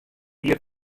jier